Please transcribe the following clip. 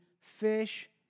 fish